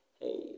Hey